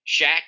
Shaq